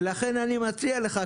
ולכן אני מציע לך,